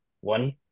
One